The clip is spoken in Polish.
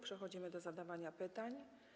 Przechodzimy do zadawania pytań.